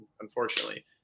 unfortunately